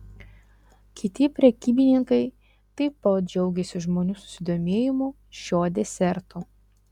kiti prekybininkai taip pat džiaugėsi žmonių susidomėjimu šiuo desertu